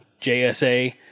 JSA